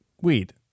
weed